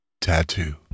Tattoo